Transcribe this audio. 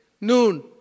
noon